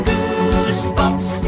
Goosebumps